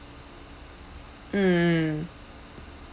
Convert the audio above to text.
mm